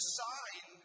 sign